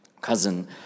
cousin